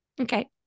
Okay